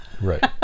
right